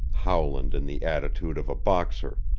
howland in the attitude of a boxer,